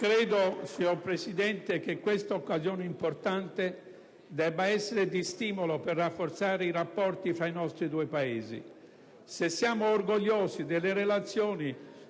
Credo, signor Presidente, che questa occasione importante debba essere di stimolo per rafforzare i rapporti fra i nostri due Paesi. Se siamo orgogliosi delle realizzazioni